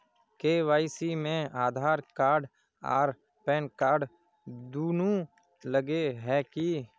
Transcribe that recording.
KYC में Aadhaar card आर PAN card दुनू लगे है की?